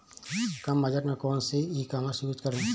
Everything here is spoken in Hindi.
कम बजट में कौन सी ई कॉमर्स यूज़ करें?